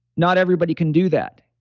not everybody can do that.